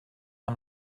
amb